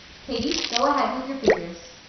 katie, go ahead with your figures.